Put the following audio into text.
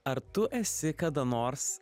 ar tu esi kada nors